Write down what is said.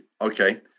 Okay